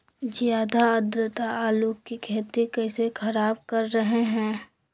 ज्यादा आद्रता आलू की खेती कैसे खराब कर रहे हैं?